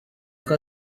kuko